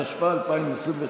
התשפ"א 2021,